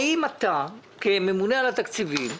האם אתה, כממונה על התקציבים,